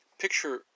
Picture